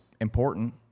important